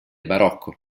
barocco